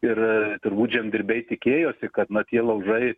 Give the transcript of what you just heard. ir turbūt žemdirbiai tikėjosi kad na tie laužai